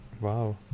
wow